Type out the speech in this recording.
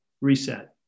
reset